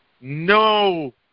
no